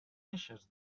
eixes